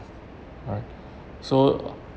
alright so